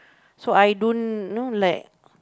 so I don't know like